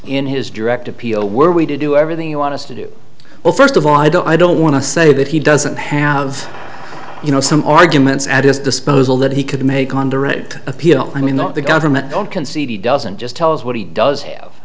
in his direct appeal were we to do everything you want us to do well first of all i don't i don't want to say that he doesn't have you know some arguments at his disposal that he could make on direct appeal i mean that the government will concede he doesn't just tell us what he does wha